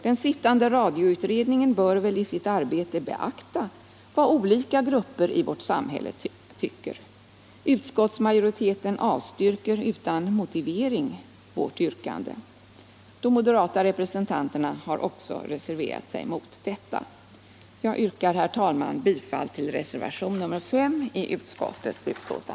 Den sittande radioutredningen bör väl i sitt arbete beakta vad olika grupper i vårt samhälle anser. Utskottsmajoriteten avstyrker utan motivering vårt yrkande. De moderata representanterna har reserverat sig också mot detta.